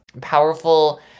powerful